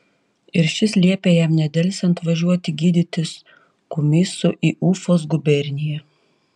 ir šis liepė jam nedelsiant važiuoti gydytis kumysu į ufos guberniją